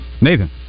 Nathan